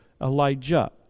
Elijah